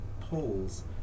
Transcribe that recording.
polls